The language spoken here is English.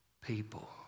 people